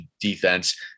defense